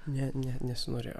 ne ne nesinorėjo